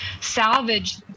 salvage